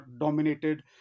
dominated